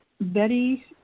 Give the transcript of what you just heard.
Betty